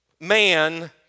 man